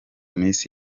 minsi